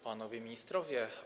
Panowie Ministrowie!